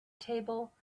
table